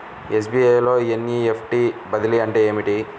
SBI లో NEFT బదిలీ అంటే ఏమిటి?